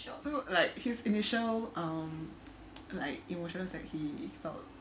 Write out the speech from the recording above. so like his initial um like emotional said he felt